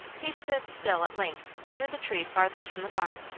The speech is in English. he stood still at length under the tree farthest from the barn,